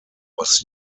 was